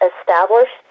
established